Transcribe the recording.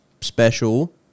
special